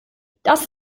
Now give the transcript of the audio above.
das